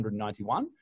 191